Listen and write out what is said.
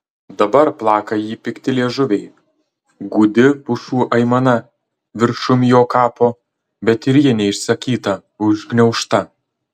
dabar plaka jį pikti liežuviai gūdi pušų aimana viršum jo kapo bet ir ji neišsakyta užgniaužta